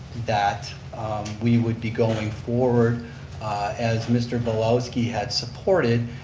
that we would be going forward as mr. belowski had supported,